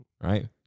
right